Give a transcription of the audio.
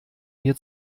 mir